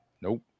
Nope